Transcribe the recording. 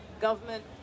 government